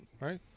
Right